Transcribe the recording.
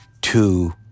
two